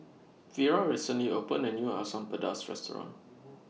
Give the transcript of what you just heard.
Vira recently opened A New Asam Pedas Restaurant